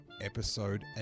episode